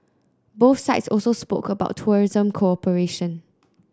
both sides also spoke about tourism cooperation